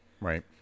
Right